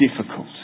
difficult